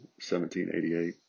1788